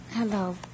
Hello